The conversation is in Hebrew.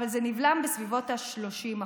אבל זה נבלם בסביבות ה-30%,